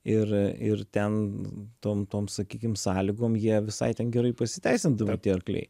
ir ir ten tom tom sakykim sąlygom jie visai ten gerai pasiteisindavo tie arkliai